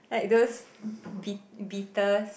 like those bee~ beaters